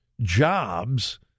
jobs